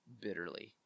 bitterly